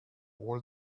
all